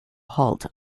halt